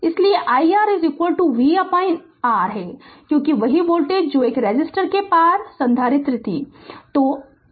इसलिए iR vR है क्योंकि वही वोल्टेज जो एक रेसिस्टर के पार संधारित्र था